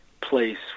place